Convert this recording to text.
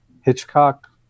Hitchcock